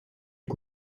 une